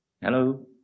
Hello